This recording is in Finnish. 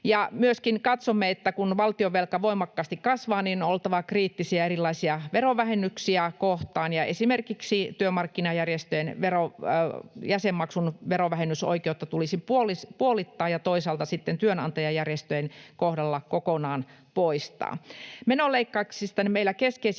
myöskin katsomme, että kun valtionvelka voimakkaasti kasvaa, niin on oltava kriittisiä erilaisia verovähennyksiä kohtaan, ja esimerkiksi työmarkkinajärjestöjen jäsenmaksun verovähennysoikeus tulisi puolittaa ja toisaalta sitten työnantajajärjestöjen kohdalla kokonaan poistaa. Menoleikkauksista meillä keskeisimmät